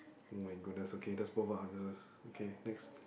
[oh]-my-goodness okay that's both our answers okay next